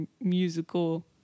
musical